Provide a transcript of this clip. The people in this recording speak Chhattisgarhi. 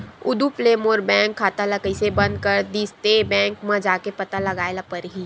उदुप ले मोर बैंक खाता ल कइसे बंद कर दिस ते, बैंक म जाके पता लगाए ल परही